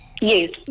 Yes